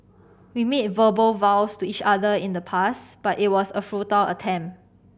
we made verbal vows to each other in the past but it was a futile attempt